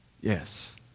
Yes